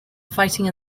fighting